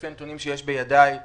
לפי הנתונים שיש בידי,